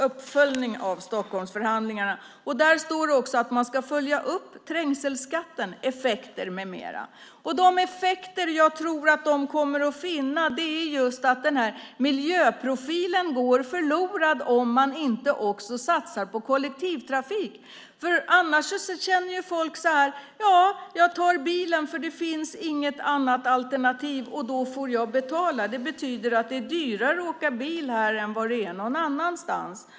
Det framgår att trängselskattens effekter med mera ska följas upp. De effekter jag tror att gruppen kommer att finna är att miljöprofilen går förlorad om man inte också satsar på kollektivtrafik. Annars känner folk att de får ta bilen eftersom det inte finns något annat alternativ. De får betala. Det betyder att det är dyrare att köra bil här än någon annanstans.